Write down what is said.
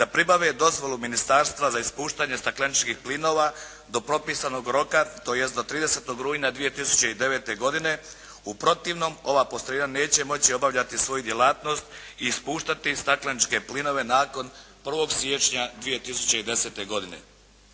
da pribave dozvolu ministarstva za ispuštanje stakleničkih plinova do propisanog roka, tj. do 30. rujna 2009. godine. U protivnom ova postrojenja neće moći obavljati svoju djelatnost i ispuštati stakleničke plinove nakon 1. siječnja 2010. godine.